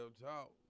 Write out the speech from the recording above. talk